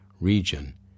region